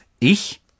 ich